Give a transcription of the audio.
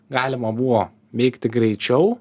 galima buvo veikti greičiau